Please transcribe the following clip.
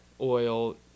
oil